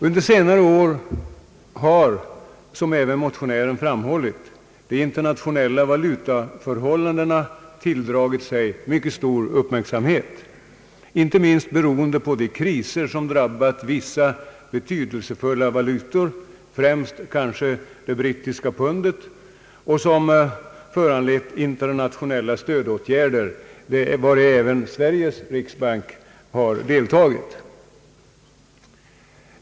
Under senare år har, som även motionären framhållit, de internationella valutaförhållandena tilldragit sig mycket stor uppmärksamhet, inte minst beroende på de kriser som drabbat vissa betydelsefulla valutor, främst kanske det brittiska pundet, och som föranlett internationella stödåtgärder, vari även Sveriges riksbank har deltagit.